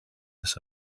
this